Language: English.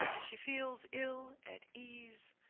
as she feels ill at east,